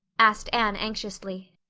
asked anne anxiously.